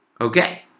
Okay